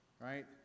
right